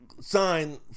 sign